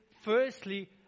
firstly